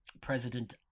President